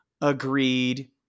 agreed